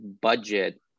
budget